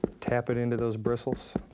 tap it into those bristles